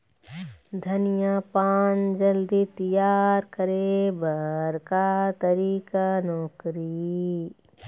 धनिया पान जल्दी तियार करे बर का तरीका नोकरी?